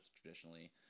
traditionally